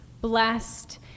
blessed